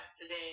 today